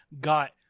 got